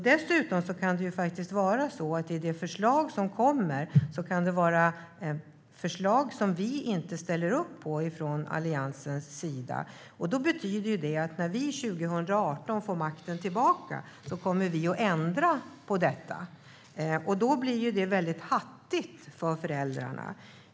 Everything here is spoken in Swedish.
Dessutom kan det i det kommande förslaget finnas sådant som vi från Alliansens sida inte ställer upp på. Det betyder att vi, när vi får tillbaka regeringsmakten 2018, kommer att ändra på det, och det blir väldigt hattigt för föräldrarna.